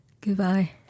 Goodbye